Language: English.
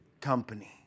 company